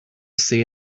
see